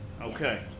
Okay